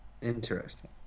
Interesting